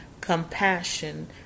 compassion